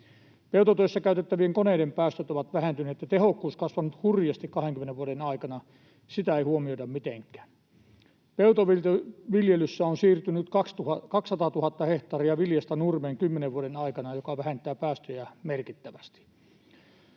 Peltotyössä käytettävien koneiden päästöt ovat vähentyneet ja tehokkuus kasvanut hurjasti 20 vuoden aikana — sitä ei huomioida mitenkään. Peltoviljelyssä on siirtynyt 200 000 hehtaaria viljasta nurmeen kymmenen vuoden aikana, mikä vähentää päästöjä merkittävästi.